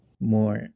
more